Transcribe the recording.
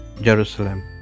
Jerusalem